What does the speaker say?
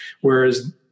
Whereas